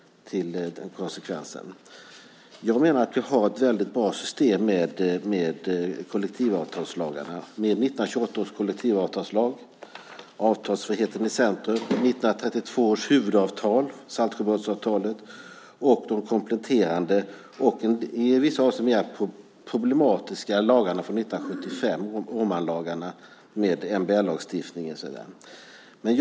Jag menar att vi har ett väldigt bra system med kollektivavtalslagarna, 1928 års kollektivavtalslag. Avtalsfriheten stod i centrum i 1932 års huvudavtal, Saltsjöbadsavtalet, och de kompletterande och i vissa avseenden mera problematiska lagarna från 1975, Åmanlagarna med MBL-lagstiftningen.